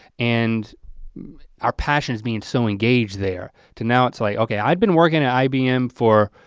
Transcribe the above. and our passion is being so engaged there, to now it's like okay, i've been working at ibm for,